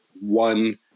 one